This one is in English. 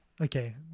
Okay